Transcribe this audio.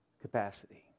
capacity